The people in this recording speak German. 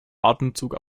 atemzug